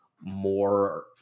more